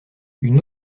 une